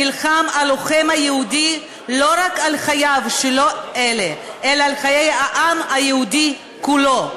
נלחם הלוחם היהודי לא רק על חייו שלו אלא על חיי העם היהודי כולו".